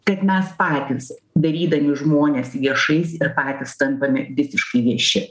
kad mes patys darydami žmones viešais ir patys tampame visiškai vieši